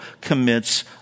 commits